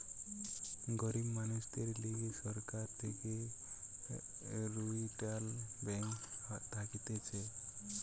গরিব মানুষদের লিগে সরকার থেকে রিইটাল ব্যাঙ্ক থাকতিছে